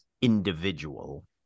individual